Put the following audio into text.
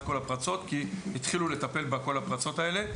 כל הפרצות כי התחילו לטפל בכל הפרצות האלה.